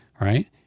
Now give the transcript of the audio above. right